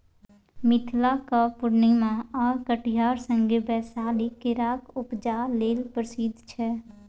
मिथिलाक पुर्णियाँ आ कटिहार संगे बैशाली केराक उपजा लेल प्रसिद्ध छै